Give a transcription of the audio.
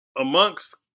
Amongst